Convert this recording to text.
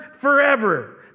forever